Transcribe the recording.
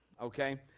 Okay